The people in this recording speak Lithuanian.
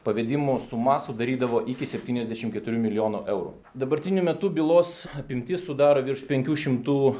pavedimų suma sudarydavo iki septyniasdešim keturių milijonų eurų dabartiniu metu bylos apimtis sudaro virš penkių šimtų